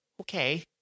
okay